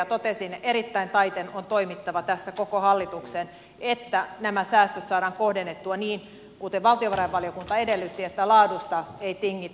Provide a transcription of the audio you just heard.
totesin että erittäin taiten on toimittava tässä koko hallituksen niin että nämä säästöt saadaan kohdennettua niin kuten valtiovarainvaliokunta edellytti että laadusta ei tingitä